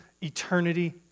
eternity